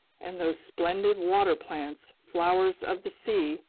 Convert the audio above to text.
and those splendid water plants, flowers of the sea,